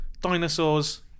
dinosaurs